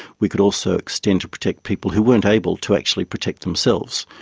we could also extend to protect people who weren't able to actually protect themselves.